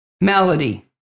Melody